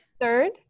third